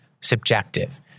subjective